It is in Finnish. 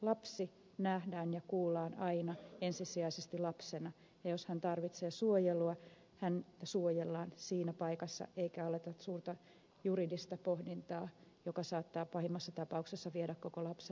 lapsi nähdään ja kuullaan aina ensisijaisesti lapsena ja jos hän tarvitsee suojelua häntä suojellaan siinä paikassa eikä aloiteta suurta juridista pohdintaa joka saattaa pahimmassa tapauksessa viedä koko lapsen lapsuuden ajan